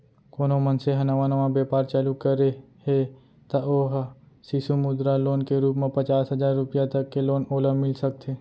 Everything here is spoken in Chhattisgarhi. कोनो मनसे ह नवा नवा बेपार चालू करे हे त ओ ह सिसु मुद्रा लोन के रुप म पचास हजार रुपया तक के लोन ओला मिल सकथे